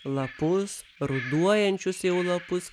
lapus ruduojančius jau lapus